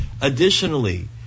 Additionally